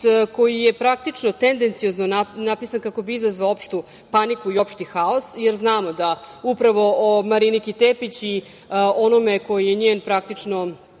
koji je, praktično tendenciozno napisan kako bi izazvao opštu paniku i opšti haos, jer znamo da upravo o Mariniki Tepić i onome ko je izmisli